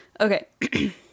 Okay